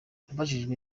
abajijwe